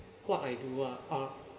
what I do ah uh